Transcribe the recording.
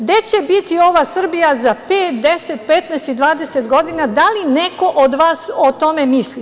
Gde će biti ova Srbija za pet, 10,15 i 20 godina, da li neko od vas o tome misli?